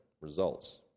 results